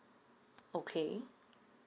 okay